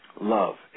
love